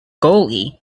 goalie